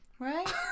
Right